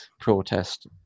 protest